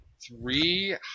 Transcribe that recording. three